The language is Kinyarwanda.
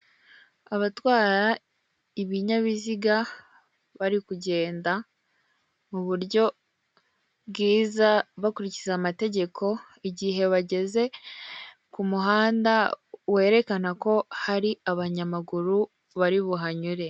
Abatwara ibinyabiziga barikugenda mu buryo bwiza bakurikiza amategeko igihe bageze ku muhanda werekana ko hari abanayamaguru bari buhanyure.